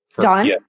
Don